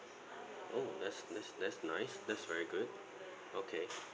oh that's that's that's nice that's very good okay